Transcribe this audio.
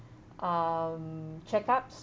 um checkups